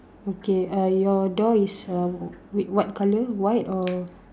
okay uh your door is wh~ what colour white colour or